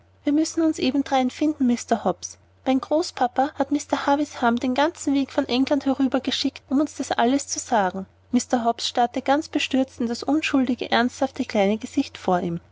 wir müssen uns eben drein finden mr hobbs mein großpapa hat mr havisham den ganzen weg von england herübergeschickt um uns das alles zu sagen mr hobbs starrte ganz bestürzt in das unschuldige ernsthafte kleine gesicht vor ihm